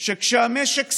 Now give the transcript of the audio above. שכשהמשק סוער,